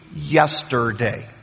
yesterday